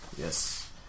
Yes